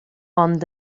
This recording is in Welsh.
ond